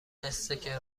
استیک